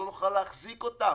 לא נוכל להחזיק אותם,